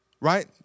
right